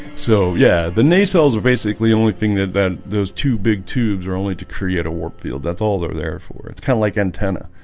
so yeah, the nacelles are basically the only thing that that those two big tubes are only to create a work field that's all they're there for it's kind of like antenna.